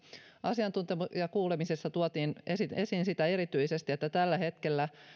asiantuntijakuulemisessa tuotiin esiin sitä erityisesti että tällä hetkellä